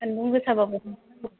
सान्दुं गोसाब्लाबो